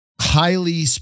highly